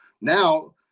Now